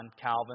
Calvin